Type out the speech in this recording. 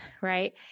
right